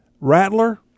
Rattler